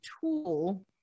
tool